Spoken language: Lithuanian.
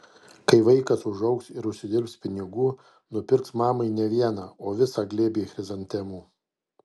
kai vaikas užaugs ir užsidirbs pinigų nupirks mamai ne vieną o visą glėbį chrizantemų